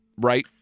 right